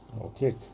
Okay